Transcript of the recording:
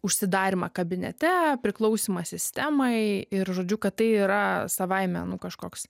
užsidarymą kabinete priklausymą sistemai ir žodžiu kad tai yra savaime nu kažkoks